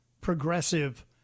progressive